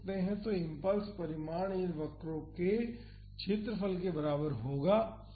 तो इम्पल्स परिमाण इन वक्रों के क्षेत्रफल के बराबर होगा